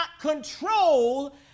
control